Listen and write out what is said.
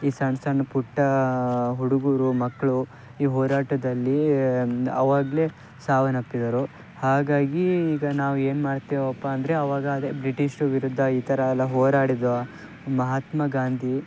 ಈ ಸಣ್ಣ ಸಣ್ಣ ಪುಟ್ಟ ಹುಡುಗರು ಮಕ್ಕಳು ಈ ಹೋರಾಟದಲ್ಲಿ ಅವಾಗಲೇ ಸಾವನ್ನಪ್ಪಿದರು ಹಾಗಾಗಿ ಈಗ ನಾವು ಏನು ಮಾಡ್ತೇವಪ್ಪ ಅಂದರೆ ಅವಾಗ ಅದೇ ಬ್ರಿಟಿಷ್ರ ವಿರುದ್ಧ ಈ ಥರ ಎಲ್ಲ ಹೋರಾಡಿದ್ದ ಮಹಾತ್ಮ ಗಾಂಧಿ